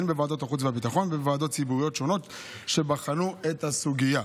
הן בוועדת החוץ והביטחון והן בוועדות ציבוריות שונות שבחנו את הסוגיה.